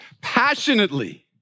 passionately